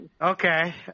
Okay